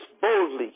boldly